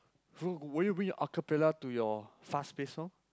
who would you bring your acapella to your fast-paced song